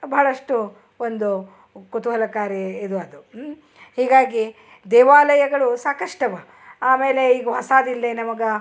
ಬಹಳಷ್ಟು ಒಂದು ಕುತುಹಲಕಾರಿ ಇದು ಅದು ಹೀಗಾಗಿ ದೇವಾಲಯಗಳು ಸಾಕಷ್ಟವ ಆಮೇಲೆ ಈಗ ಹೊಸಾದು ಇಲ್ಲೆ ನಮಗೆ